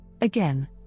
Again